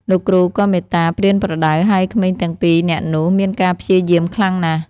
លោកគ្រូក៏មេត្តាប្រៀនប្រដៅ ហើយក្មេងទាំងពីរនាក់នោះមានការព្យាយាមខ្លាំងណាស់។